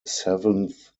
seventh